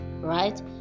right